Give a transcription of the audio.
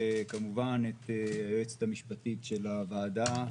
וכמובן את היועצת המשפטית של הוועדה,